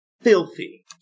filthy